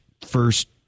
first